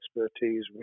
expertise